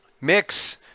mix